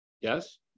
yes